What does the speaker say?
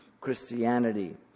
Christianity